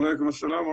עליכם השלום.